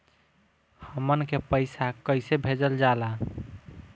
हमन के पईसा कइसे भेजल जाला?